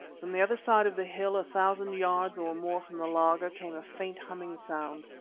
from the other side of the hill, a thousand yards or more from the laager, came a faint humming sound.